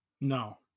No